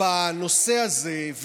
בנושא הזה,